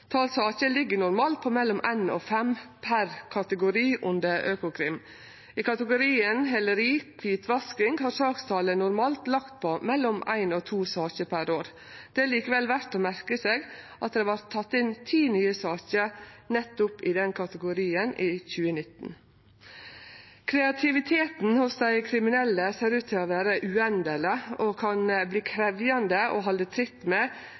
ligg normalt på mellom éin og fem per kategori under Økokrim. I kategorien heleri/kvitvasking har sakstalet normalt lege på mellom éin og to saker per år. Det er likevel verdt å merke seg at det vart teke inn ti nye saker i nettopp denne kategorien i 2019. Kreativiteten hos dei kriminelle ser ut til å vere uendeleg, og det kan verte krevjande å halde tritt med